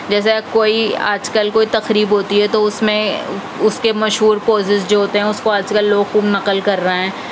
جیسا کوئی آج کل کوئی تقریب ہوتی ہے تو اُس میں اُس کے مشہور پوزیز جو ہوتے ہیں اُس کو آج کل لوگ خوب نقل کر رہے ہیں